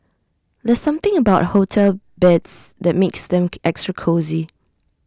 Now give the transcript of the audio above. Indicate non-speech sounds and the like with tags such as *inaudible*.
there's something about hotel beds that makes them *noise* extra cosy